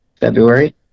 February